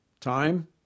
Time